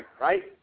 Right